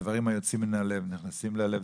הדברים היוצאים מן הלב נכנסים ללב.